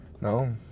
No